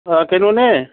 ꯑꯥ ꯀꯩꯅꯣꯅꯦ